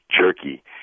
jerky